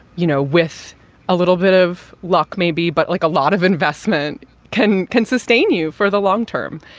you know, with a little bit of luck, maybe. but like a lot of investment can can sustain you for the long term.